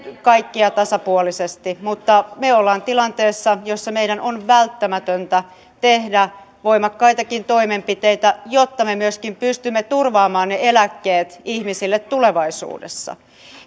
kaikkia tasapuolisesti mutta me olemme tilanteessa jossa meidän on välttämätöntä tehdä voimakkaitakin toimenpiteitä jotta me myöskin pystymme turvaamaan ne eläkkeet ihmisille tulevaisuudessa